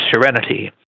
serenity